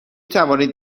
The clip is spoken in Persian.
توانید